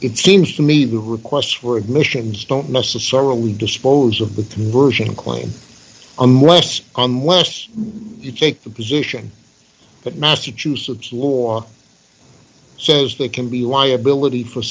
it seems to me the requests for admissions don't necessarily dispose of the version claim unless unless you take the position that massachusetts law says they can be a liability for